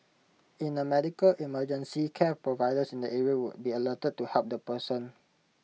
in A medical emergency care providers in the area would be alerted to help the person